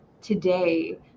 today